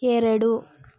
ಎರಡು